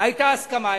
היתה הסכמה.